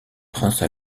prince